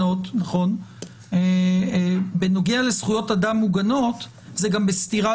בנוגע לזכויות אדם מוגנות זה גם בסתירה